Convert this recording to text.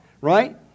right